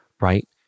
right